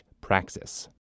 Praxis